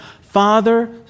Father